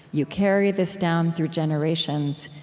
you carry this down through generations,